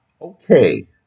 okay